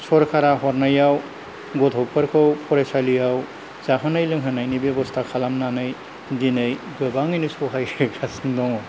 सरखारा हरनायाव गथ'फोरखौ फरायसालियाव जाहोनाय लोंहोनायनि बेब'स्था खालामनानै दिनै गोबाङैनो सहाय होगासिनो दङ